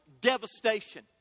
devastation